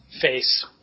face